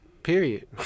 period